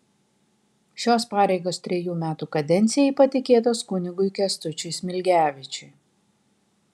šios pareigos trejų metų kadencijai patikėtos kunigui kęstučiui smilgevičiui